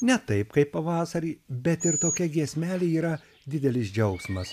ne taip kaip pavasarį bet ir tokia giesmelė yra didelis džiaugsmas